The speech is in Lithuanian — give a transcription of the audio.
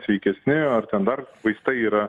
sveikesni ar ten dar vaistai yra